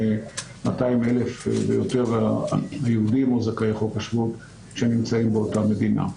200,000 ויותר היהודים או זכאי חוק השבות שנמצאים באותה מדינה.